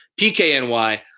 PKNY